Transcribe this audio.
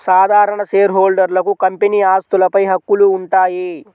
సాధారణ షేర్హోల్డర్లకు కంపెనీ ఆస్తులపై హక్కులు ఉంటాయి